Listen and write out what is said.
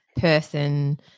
person